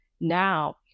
Now